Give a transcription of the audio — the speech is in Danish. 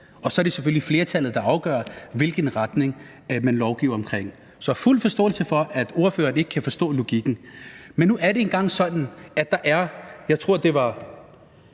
Og så er det selvfølgelig flertallet, der afgør, hvilken retning man lovgiver i. Så jeg har fuld forståelse for, at ordføreren ikke kan forstå logikken. Men det er nu engang sådan, at der er, jeg tror, det er